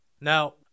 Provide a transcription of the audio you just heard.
Now